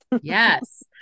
Yes